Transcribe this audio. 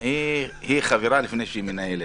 היא חברה לפני שהיא מנהלת.